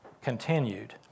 continued